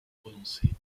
prononcée